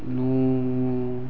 ನೂರು